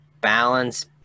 balance